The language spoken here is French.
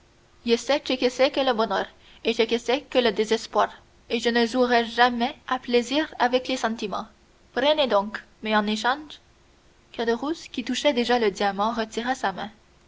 sais ce que c'est que le bonheur et ce que c'est que le désespoir et je ne jouerai jamais à plaisir avec les sentiments prenez donc mais en échange caderousse qui touchait déjà le diamant retira sa main